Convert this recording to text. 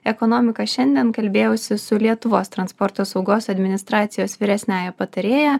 ekonomika šiandien kalbėjausi su lietuvos transporto saugos administracijos vyresniąja patarėja